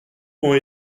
ont